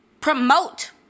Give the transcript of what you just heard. promote